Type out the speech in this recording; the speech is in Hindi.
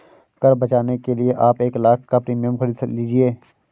कर बचाने के लिए आप एक लाख़ का प्रीमियम खरीद लीजिए